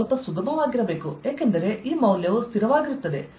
ಇದು ಸ್ವಲ್ಪ ಸುಗಮವಾಗಿರಬೇಕು ಏಕೆಂದರೆ ಈ ಮೌಲ್ಯವು ಸ್ಥಿರವಾಗಿರುತ್ತದೆ